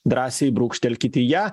drąsiai brūkštelkit į ją